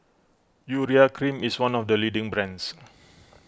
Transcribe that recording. Urea Cream is one of the leading brands